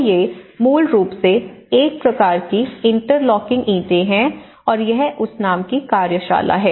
तो ये मूल रूप से एक प्रकार की इंटरलॉकिंग ईंटें हैं और यह उस नाम की कार्यशाला है